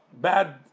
bad